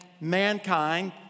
mankind